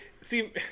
see